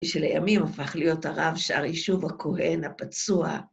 ושלימים הפך להיות הרב שאר יישוב הכוהן הפצוע.